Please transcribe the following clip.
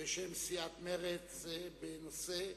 בשם סיעת מרצ בנושא: